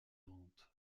vente